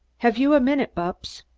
have you a minute, bupps?